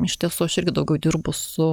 iš tiesų aš irgi daugiau dirbu su